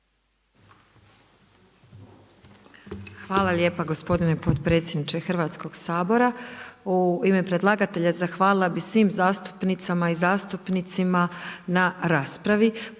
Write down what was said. Hvala lijepa gospodine potpredsjedniče Hrvatskog sabora. U ime predlagatelja zahvalila bih svim zastupnicama i zastupnicima na raspravi.